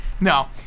No